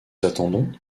attendons